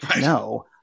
no